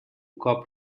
cop